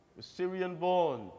Syrian-born